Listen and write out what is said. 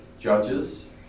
judges